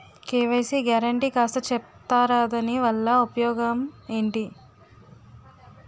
KYC guarantee కాస్త చెప్తారాదాని వల్ల ఉపయోగం ఎంటి?